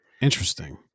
Interesting